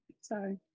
Sorry